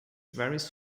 varies